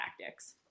tactics